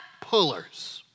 pullers